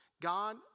God